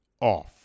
off